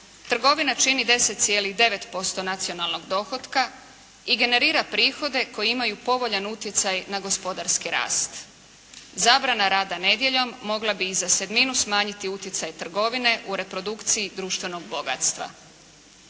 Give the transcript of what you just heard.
Trgovina čini 10,9% nacionalnog dohotka i generira prihode koji imaju povoljan utjecaj na gospodarski rast. Zabrana rada nedjeljom mogla bi i za sedminu smanjiti utjecaj trgovine u reprodukciji društvenog bogatstva.